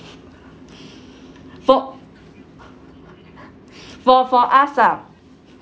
for for for us ah